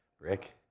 Rick